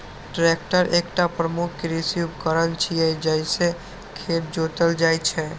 tractor एकटा प्रमुख कृषि उपकरण छियै, जइसे खेत जोतल जाइ छै